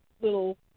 little